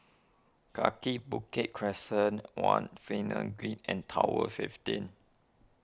Kaki Bukit Crescent one Finlay Green and Tower fifteen